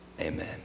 Amen